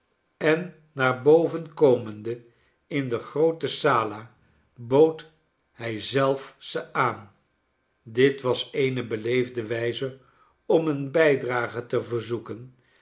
en naar boven komende in de groote sal a bood hij zelf ze aan dit was eene beleefde wijze om een bijdrage te verzoeken